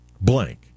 blank